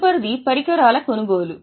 తదుపరిది పరికరాల కొనుగోలు